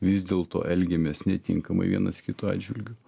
vis dėlto elgiamės netinkamai vienas kito atžvilgiu